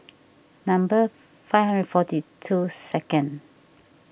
number five hundred forty two second